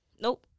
Nope